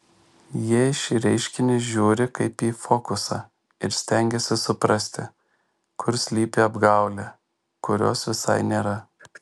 jie į šį reiškinį žiūri kaip į fokusą ir stengiasi suprasti kur slypi apgaulė kurios visai nėra